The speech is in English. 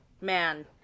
man